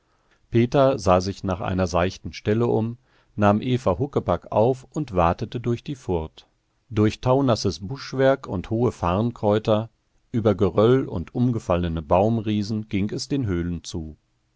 peter sah sich nach einer seichten stelle um nahm eva huckepack auf und watete durch die furt durch taunasses buschwerk und hohe farnkräuter über geröll und umgefallene baumriesen ging es den höhlen zu